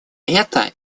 это